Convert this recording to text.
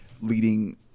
leading